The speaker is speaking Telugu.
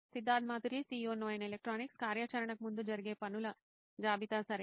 సిద్ధార్థ్ మాతురి CEO నోయిన్ ఎలక్ట్రానిక్స్ కార్యాచరణకు ముందు జరిగే పనుల జాబితా సరేనా